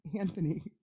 Anthony